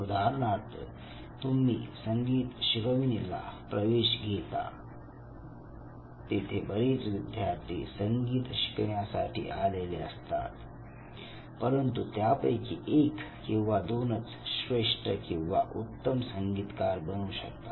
उदाहरणार्थ तुम्ही संगीत शिकवणीला प्रवेश घेता तेथे बरेच विद्यार्थी संगीत शिकण्यासाठी आलेले असतात परंतु त्यापैकी एक किंवा दोनच श्रेष्ठ किंवा उत्तम संगीतकार बनू शकतात